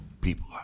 people